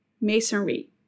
masonry